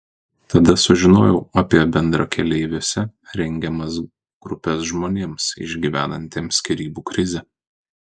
tada sužinojau apie bendrakeleiviuose rengiamas grupes žmonėms išgyvenantiems skyrybų krizę